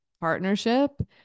partnership